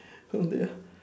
oh dear